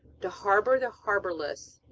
to harbor the harborless,